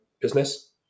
business